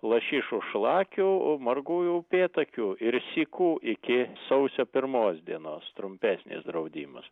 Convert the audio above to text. lašišų šlakių margųjų upėtakių ir sykų iki sausio pirmos dienos trumpesnis draudimas